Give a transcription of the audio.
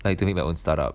like doing a own start up